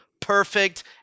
perfect